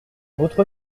votre